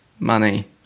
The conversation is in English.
money